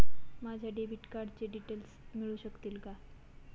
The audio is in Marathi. माझ्या डेबिट कार्डचे डिटेल्स मिळू शकतील का?